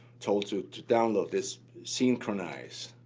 told to to download this synchronize